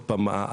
עוד פעם,